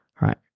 right